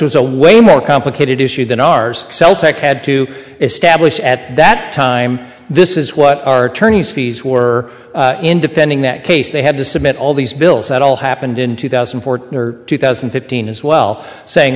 was a way more complicated issue than ours had to establish at that time this is what our attorneys fees were in defending that case they had to submit all these bills that all happened in two thousand and four or two thousand and fifteen as well saying